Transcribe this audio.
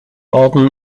orden